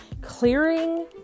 clearing